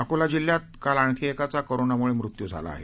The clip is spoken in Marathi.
अकोला जिल्ह्यात काल आणखी एकाचा कोरोनामुळे मृत्यू झाला आहे